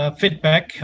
feedback